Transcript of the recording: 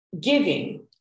giving